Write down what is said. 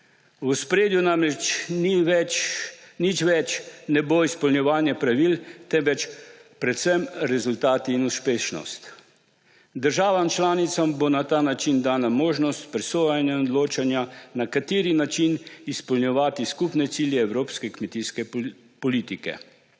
V ospredju namreč nič več ne bo izpolnjevanje pravil, temveč predvsem rezultati in uspešnost. Državam članicam bo na ta način dana možnost presojanja in odločanja, na kateri način izpolnjevati skupne cilje evropske kmetijske politike.